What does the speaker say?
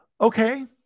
Okay